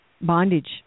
bondage